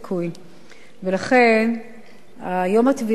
לכן היום התביעה לא משתלמת,